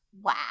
Wow